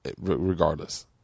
Regardless